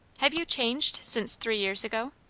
have you changed, since three years ago?